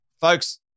Folks